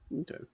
Okay